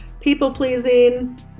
people-pleasing